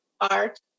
art